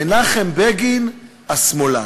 מנחם בגין השמאלן.